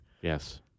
yes